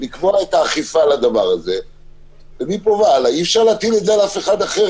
את האכיפה על זה ומפה והלאה אי אפשר להטיל את זה על אף אחד אחר.